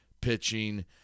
pitching